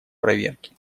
проверки